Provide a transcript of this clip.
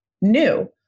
new